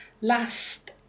last